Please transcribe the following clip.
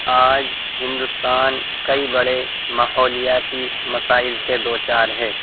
آج ہندوستان کئی بڑے ماحولیاتی مسائل سے دو چار ہے